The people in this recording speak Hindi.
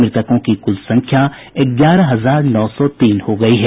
मृतकों की कुल संख्या ग्यारह हजार नौ सौ तीन हो गई है